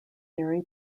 theory